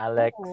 Alex